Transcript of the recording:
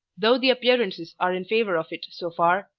though the appearances are in favor of it so far,